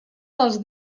dels